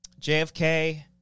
JFK